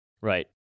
Right